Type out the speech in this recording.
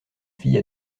fille